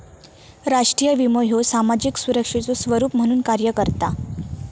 राष्ट्रीय विमो ह्यो सामाजिक सुरक्षेचो स्वरूप म्हणून कार्य करता